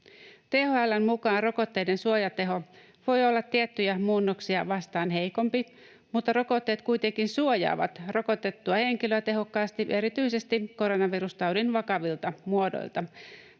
THL:n mukaan rokotteiden suojateho voi olla tiettyjä muunnoksia vastaan heikompi, mutta rokotteet kuitenkin suojaavat rokotettua henkilöä tehokkaasti ja erityisesti koronavirustaudin vakavilta muodoilta.